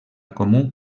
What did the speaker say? comú